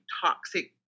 toxic